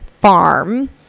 farm